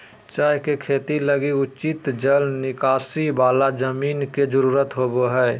चाय के खेती लगी उचित जल निकासी वाला जमीन के जरूरत होबा हइ